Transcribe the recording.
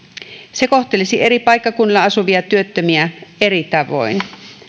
se kohtelisi eri paikkakunnilla asuvia työttömiä eri tavoin